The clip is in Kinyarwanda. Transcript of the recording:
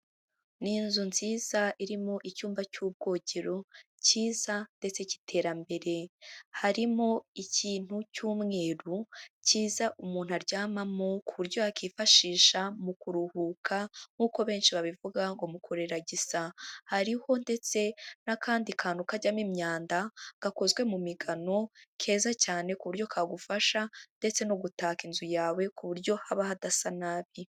Ni inzu nziza irimo icyumba cy'ubwogero cyiza ndetse cy'iterambere harimo ikintu cy'umweru cyiza umuntu aryamamo ku buryo yakifashisha mu kuruhuka nkuko benshi babivuga ngo muku reragisa hariho ndetse n'akandi kantu kajyamo imyanda gakozwe mu migano keza cyane ku buryo kagufasha ndetse no gutaka inzu yawe ku buryo haba hadasa nabi.